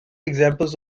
examples